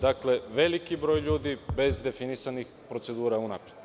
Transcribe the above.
Dakle, veliki broj ljudi bez definisanih procedura unapred.